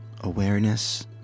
awareness